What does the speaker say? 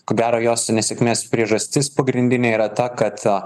ko gero jos nesėkmės priežastis pagrindinė yra ta kad